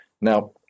Now